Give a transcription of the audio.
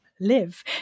live